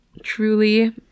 truly